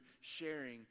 sharing